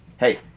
Hey